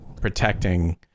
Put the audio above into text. protecting